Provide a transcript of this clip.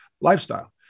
lifestyle